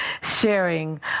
sharing